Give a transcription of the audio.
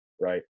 right